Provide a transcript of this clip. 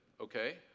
okay